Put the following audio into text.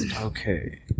Okay